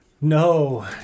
No